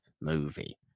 movie